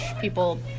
people